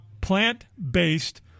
plant-based